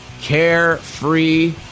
carefree